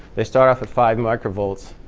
they start off at five microvolts.